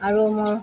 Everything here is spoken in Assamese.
আৰু মোৰ